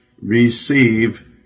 receive